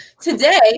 Today